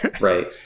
Right